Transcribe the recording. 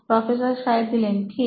professor ঠিক